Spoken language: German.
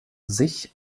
sich